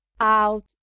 out